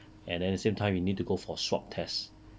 and at the same time you need to go for swab test